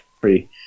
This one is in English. free